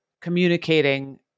communicating